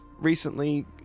recently